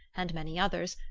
and many others,